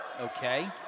Okay